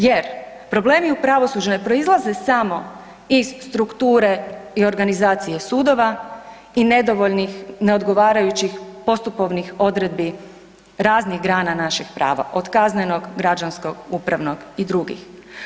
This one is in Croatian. Jer problemi u pravosuđu ne proizlaze samo iz strukture i organizacije sudova i neodgovarajućih postupovnih odredbi raznih grana našeg prava, od kaznenog, građanskog, upravnog i drugih.